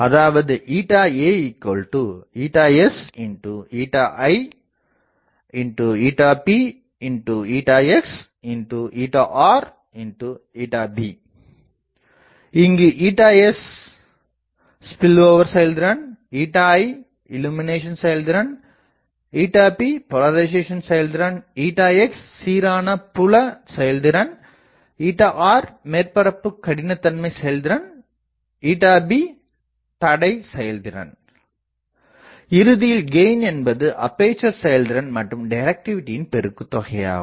அதாவது Asipxrb இங்கு s spillover செயல்திறன் i இள்ளுமினேசன் செயல்திறன் p போலரிசேசன் செயல்திறன் x சீரான புல செயல்திறன் rமேற்பரப்பு கடினதன்மை செயல்திறன் bதடை செயல்திறன் இறுதியில் கெயின் என்பது அப்பேசர் செயல்திறன் மற்றும் டிரக்டிவிடியின் பெருக்குதொகையாகும்